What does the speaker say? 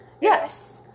yes